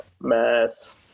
Mass